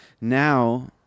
now